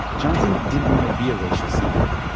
johnson didn't want to be a racial symbol.